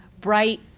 bright